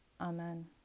Amen